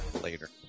later